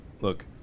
look